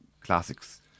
classics